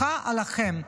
ההוכחה עליכם.